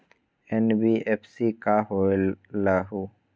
NBFC का होलहु?